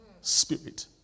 Spirit